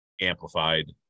amplified